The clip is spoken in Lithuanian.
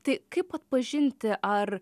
tai kaip atpažinti ar